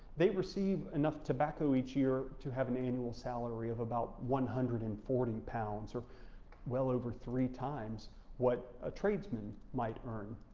they receive enough tobacco each year to have an annual salary of about one hundred and forty pounds or well over three times what a tradesman might earn.